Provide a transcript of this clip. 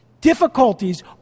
difficulties